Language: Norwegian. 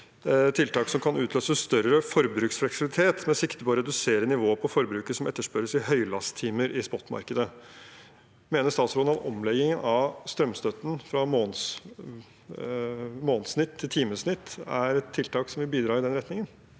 tiltak som kan utløse større forbruksfleksibilitet med sikte på å redusere nivået på forbruket som etterspørres i høylasttimer i spotmarkedet. Mener statsråden at omleggingen av strømstøtten fra månedssnitt til timesnitt er et tiltak som vil bidra i den retningen?